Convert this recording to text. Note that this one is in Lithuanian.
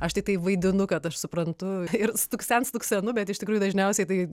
aš tai tai vaidinu kad aš suprantu ir stuksent stuksenu bet iš tikrųjų dažniausiai tai